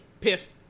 pissed